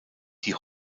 die